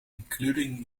including